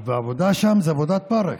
העבודה שם זו עבודת פרך.